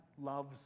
loves